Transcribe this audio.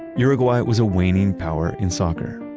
uruguay was a waning power in soccer,